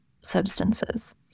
substances